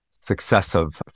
successive